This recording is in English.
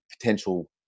potential